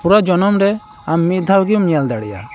ᱯᱩᱨᱟᱹ ᱡᱚᱱᱚᱢᱨᱮ ᱟᱢ ᱢᱤᱫ ᱫᱷᱟᱣᱜᱮᱢ ᱧᱮᱞ ᱫᱟᱲᱮᱭᱟᱜᱼᱟ